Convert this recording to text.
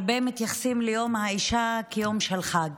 הרבה מתייחסים ליום האישה כיום של חג.